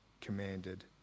commanded